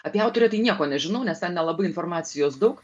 apie autorę tai nieko nežinau nes ten nelabai informacijos daug